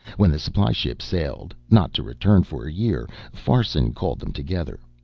when the supply ship sailed, not to return for a year, farson called them together.